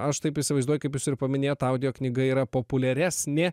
aš taip įsivaizduoju kaip jūs ir paminėjot audio knyga yra populiaresnė